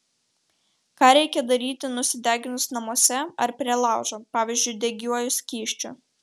ką reikia daryti nusideginus namuose ar prie laužo pavyzdžiui degiuoju skysčiu